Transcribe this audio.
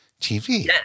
TV